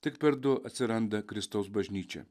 tik per du atsiranda kristaus bažnyčia